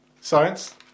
science